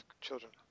children